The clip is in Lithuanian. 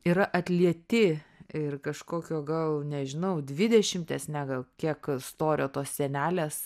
yra atlieti ir kažkokio gal nežinau dvidešimties ne gal kiek storio tos sienelės